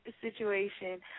situation